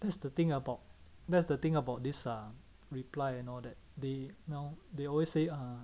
that's the thing about that's the thing about this ah reply and all that they now they always say ah